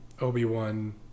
Obi-Wan